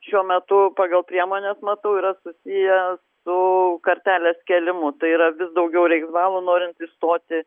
šiuo metu pagal priemones matau yra susiję su kartelės kėlimu tai yra vis daugiau reiks balų norint įstoti